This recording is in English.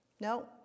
No